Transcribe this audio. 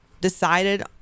decided